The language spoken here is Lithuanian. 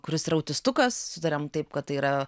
kuris yra autistukas sutariam taip kad tai yra